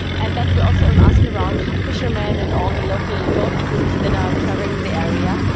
and then we also asked around fishermen and all the local boat crews that are travelling the area,